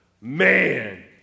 Man